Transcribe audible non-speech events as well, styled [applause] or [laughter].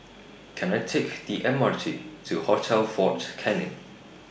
Can I Take The M R T to Hotel Fort [noise] Canning